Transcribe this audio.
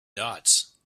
dots